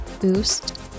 boost